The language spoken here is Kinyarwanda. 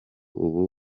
ubu